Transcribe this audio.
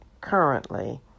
currently